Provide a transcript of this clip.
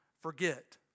forget